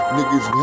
Niggas